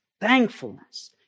thankfulness